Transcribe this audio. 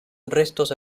restos